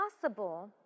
possible